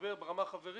לדבר ברמה החברית,